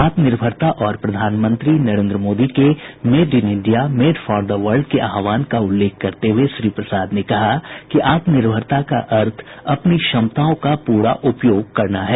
आत्मनिर्भरता और प्रधानमंत्री नरेन्द्र मोदी के made in India made for the world के आह्वान का उल्लेख करते हुए श्री प्रसाद ने कहा कि आत्मनिर्भरता का अर्थ अपनी क्षमताओं का पूरा उपयोग करना है